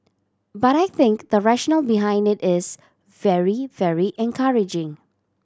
but I think the rationale behind it is very very encouraging